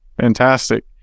Fantastic